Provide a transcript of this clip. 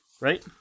right